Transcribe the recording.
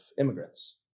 immigrants